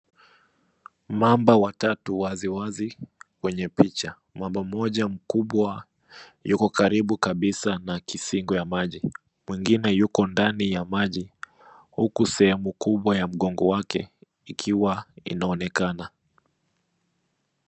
Mamba watatu wazi wazi kwenye picha . Mamba mmoja mkubwa yuko karibu kabisa na kisingo ya maji. Mwingine yuko ndani ya maji huku sehemu kubwa ya mgongo wake ikiwa inaonekana.